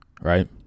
right